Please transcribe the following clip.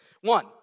One